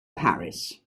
paris